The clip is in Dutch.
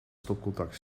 stopcontact